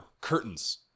curtains